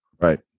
Right